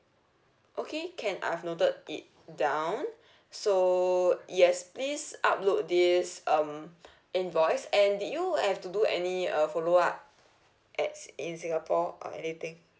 okay can I've noted it down so yes please upload this um invoice and did you have to do any uh follow up at in singapore or anything